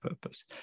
purpose